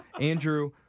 andrew